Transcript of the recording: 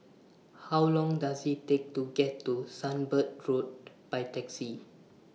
How Long Does IT Take to get to Sunbird Road By Taxi